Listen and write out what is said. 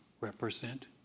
represent